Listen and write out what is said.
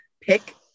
pick